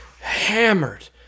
hammered